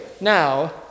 Now